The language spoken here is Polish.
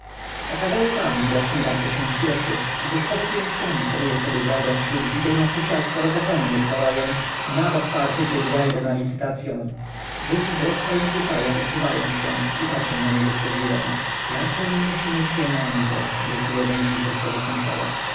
okazały pan widocznie bardzo się spieszy gdyż obu pięściami toruje sobie drogę pośród zbitej masy ciał starozakonnych wołając nabok parchy kiedy ja idę na licytacyą żydzi wbrew swoim zwyczajom usuwają się i patrzą na niego z podziwem jakie on musi mieć pieniądze mruczy jeden z nich do swego sąsiada